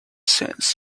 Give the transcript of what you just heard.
sands